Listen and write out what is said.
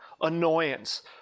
annoyance